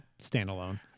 standalone